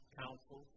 council